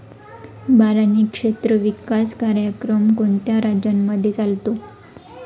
बारानी क्षेत्र विकास कार्यक्रम कोणत्या राज्यांमध्ये चालतो?